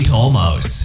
Tolmos